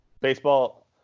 Baseball